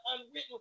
unwritten